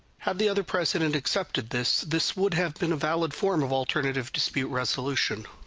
had the other president accepted, this this would have been a valid form of alternative dispute resolution.